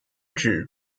停止